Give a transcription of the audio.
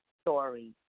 story